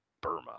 Burma